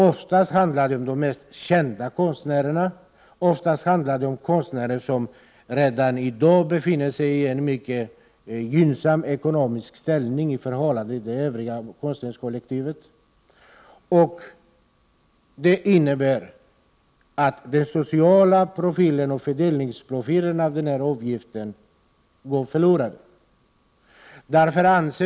Ofta handlar det här om de mest kända konstnärerna, som redan i dag har en mycket gynnsam ekonomisk ställning i förhållande till konstnärskollektivet i övrigt. Det betyder att den sociala profilen och fördelningsprofilen av denna avgift går förlorad.